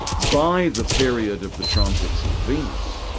by the period of the transits of venus,